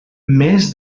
més